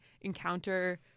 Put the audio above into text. encounter